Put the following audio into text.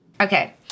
Okay